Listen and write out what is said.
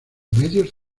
medios